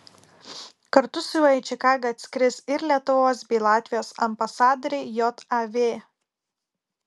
kartu su juo į čikagą atskris ir lietuvos bei latvijos ambasadoriai jav